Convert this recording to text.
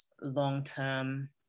long-term